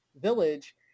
village